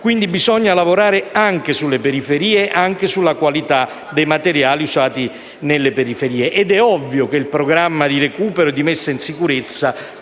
Quindi, bisogna lavorare sulle periferie e anche sulla qualità dei materiali che vengono usati lì. È ovvio che il programma di recupero e di messa in sicurezza